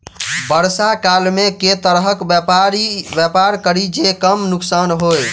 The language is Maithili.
वर्षा काल मे केँ तरहक व्यापार करि जे कम नुकसान होइ?